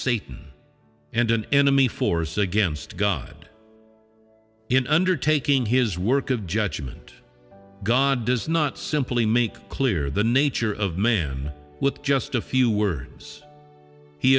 satan and an enemy force against god in undertaking his work of judgment god does not simply make clear the nature of man with just a few words he